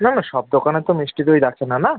না না সব দোকানে তো মিষ্টি দই রাখে না না